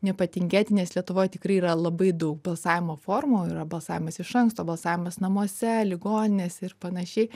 nepatingėti nes lietuvoj tikrai yra labai daug balsavimo formų yra balsavimas iš anksto balsavimas namuose ligoninėse ir panašiai